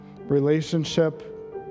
relationship